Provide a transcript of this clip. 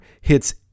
hits